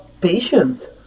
patient